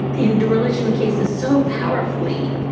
in the religion cases so powerfully.